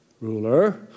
ruler